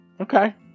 Okay